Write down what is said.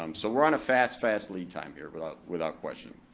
um so we're on a fast, fast lead time here without without question.